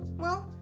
well,